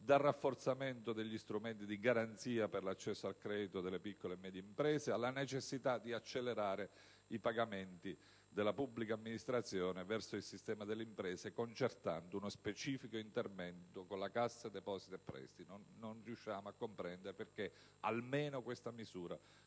dal rafforzamento degli strumenti di garanzia per l'accesso al credito delle piccole e medie imprese alla necessità di accelerare i pagamenti della pubblica amministrazione verso il sistema delle imprese, concertando uno specifico intervento con la Cassa depositi e prestiti (non riusciamo a comprendere perché almeno questa misura